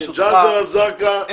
ברשותך,